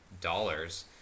dollars